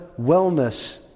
wellness